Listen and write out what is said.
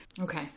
Okay